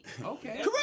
Okay